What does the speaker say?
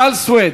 רויטל סויד,